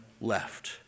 left